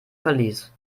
verlies